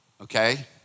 Okay